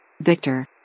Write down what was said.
Victor